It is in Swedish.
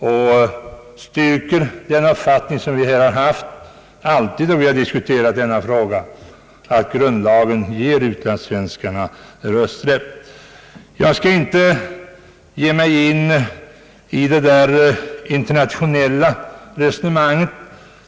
Det styrker den uppfattning vi alltid haft då vi diskuterat denna fråga, nämligen att grundlagen ger utlandssvenskarna rösträtt. Jag skall inte ge mig in i det internationella resonemanget.